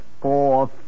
four